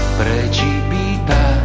precipita